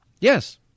Yes